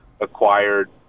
acquired